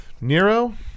Nero